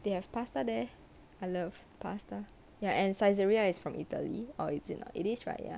they have pasta there I love pasta ya and saizeriya is from italy or is it know it is right ya